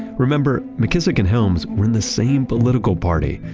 remember, mckissick and helms were in the same political party.